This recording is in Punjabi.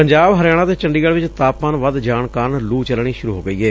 ਪੰਜਾਬ ਹਰਿਆਣਾ ਅਤੇ ਚੰਡੀਗੜੁ ਵਿਚ ਤਾਪਮਾਨ ਵਧ ਜਾਣ ਕਾਰਨ ਲੂ ਚਲਣੀ ਸੁਰੂ ਹੋ ਗਈ ਏ